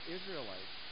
Israelites